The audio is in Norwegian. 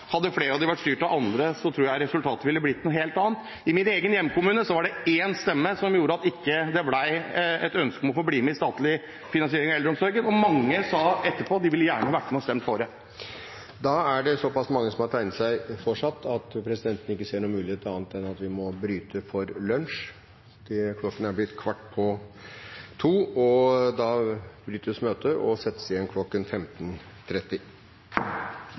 Hadde flere av dem vært styrt av andre, tror jeg resultatet ville blitt noe helt annet. I min egen hjemkommune var det én stemme som gjorde at man ikke ble med i en statlig finansiering av eldreomsorgen, og mange sa etterpå at de gjerne ville vært med og stemt for det. Klokken er blitt 13.45. Møtet avbrytes for Stortingets julelunsj og settes igjen